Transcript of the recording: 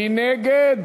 מי נגד?